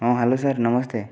ହଁ hello sir ନମସ୍ତେ